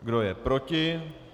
Kdo je proti?